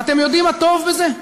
ואתם יודעים מה טוב בזה?